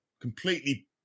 completely